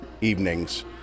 evenings